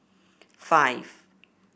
five